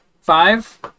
five